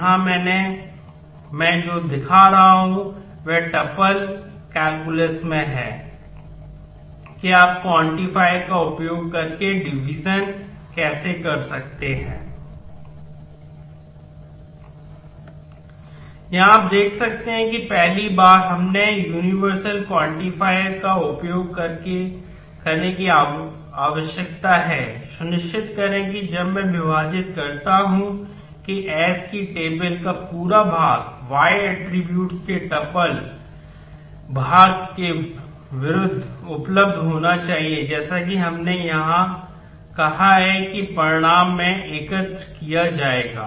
यहाँ आप देख सकते हैं कि पहली बार हमें यूनिवर्सल क्वांटिफायर भाग के विरुद्ध उपलब्ध होना चाहिए जैसा कि हमने कहा कि परिणाम में एकत्र किया जाएगा